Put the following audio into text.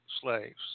slaves